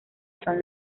son